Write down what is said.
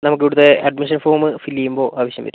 നമുക്കിവിടുത്തെ admission form fill ചെയ്യുമ്പോൾ ആവശ്യം വരും